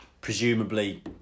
Presumably